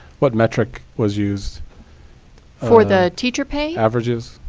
what metric was used for the teacher pay? averages,